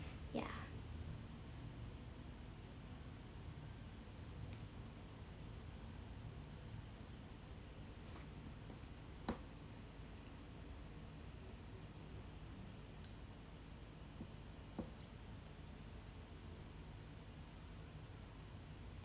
ya